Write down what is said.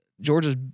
Georgia's